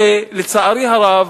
ולצערי הרב,